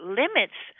limits